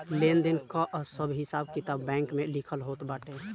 लेन देन कअ सब हिसाब किताब बैंक में लिखल होत बाटे